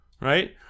Right